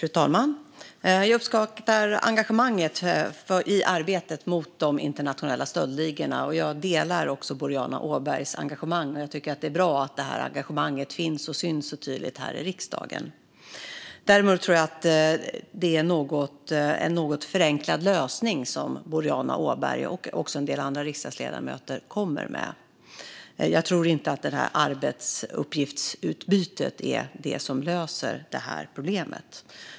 Fru talman! Jag uppskattar engagemanget i arbetet mot de internationella stöldligorna. Jag delar också Boriana Åbergs engagemang. Det är bra att det engagemanget finns och syns så tydligt i riksdagen. Däremot tror jag att det är en något förenklad lösning som Boriana Åberg och en del andra riksdagsledamöter kommer med. Jag tror inte att arbetsuppgiftsutbytet är det som löser problemet.